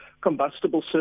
combustible